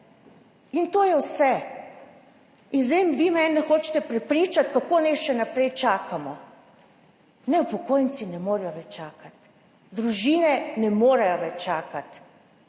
To je vse. In zdaj me hočete prepričati, kako naj še naprej čakamo. Ne, upokojenci ne morejo več čakati, družine ne morejo več čakati.